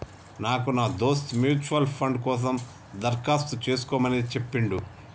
నాకు నా దోస్త్ మ్యూచువల్ ఫండ్ కోసం దరఖాస్తు చేసుకోమని చెప్పిండు